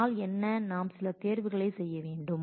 அதனால் என்ன நாம் சில தேர்வுகளை செய்ய வேண்டும்